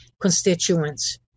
constituents